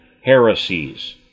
heresies